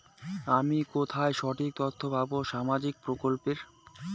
আমি কোথায় সঠিক তথ্য পাবো সামাজিক প্রকল্পের?